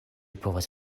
povas